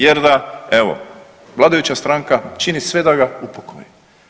Jer da, evo vladajuća stranka čini sve da ga upokoji.